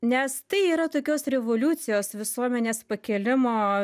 nes tai yra tokios revoliucijos visuomenės pakėlimo